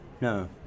No